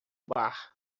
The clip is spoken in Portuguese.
bar